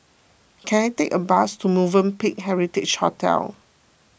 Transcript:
can I take a bus to Movenpick Heritage Hotel